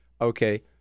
okay